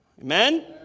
Amen